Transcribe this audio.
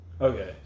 Okay